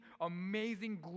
amazing